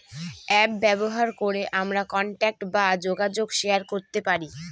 app ব্যবহার করে আমরা কন্টাক্ট বা যোগাযোগ শেয়ার করতে পারি